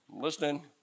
listening